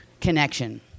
connection